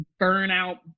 burnout